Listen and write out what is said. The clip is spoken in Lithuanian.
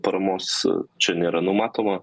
paramos čia nėra numatoma